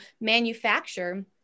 manufacture